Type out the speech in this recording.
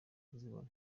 kuzibona